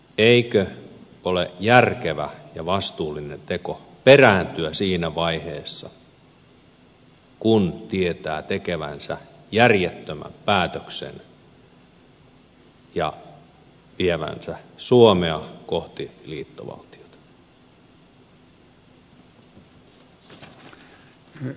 eikö ole järkevä ja vastuullinen teko perääntyä siinä vaiheessa kun tietää tekevänsä järjettömän päätöksen ja vievänsä suomea kohti liittovaltiota